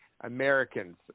Americans